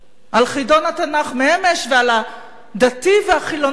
על חידון התנ"ך מאמש ועל הדתי והחילונית על